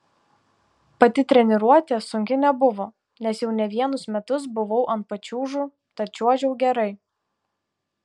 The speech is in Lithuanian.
pati treniruotė sunki nebuvo nes jau ne vienus metus buvau ant pačiūžų tad čiuožiau gerai